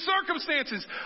circumstances